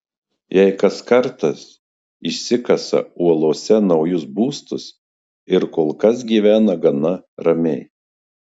jie kas kartas išsikasa uolose naujus būstus ir kol kas gyvena gana ramiai